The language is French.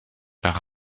par